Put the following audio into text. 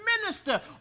minister